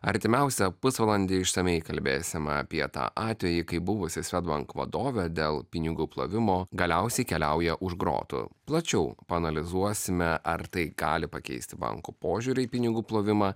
artimiausią pusvalandį išsamiai kalbėsime apie tą atvejį kai buvusi swedbank vadovė dėl pinigų plovimo galiausiai keliauja už grotų plačiau paanalizuosime ar tai gali pakeisti bankų požiūrį į pinigų plovimą